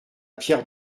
pierre